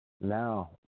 Now